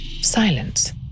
silence